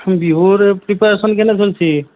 বিহুৰ প্ৰিপেৰেশ্যন কেনে চল্চি